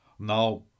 Now